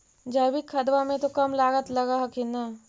जैकिक खदबा मे तो कम लागत लग हखिन न?